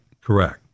Correct